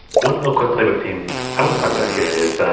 one real quick playbook theme i want to talk about here is